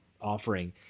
offering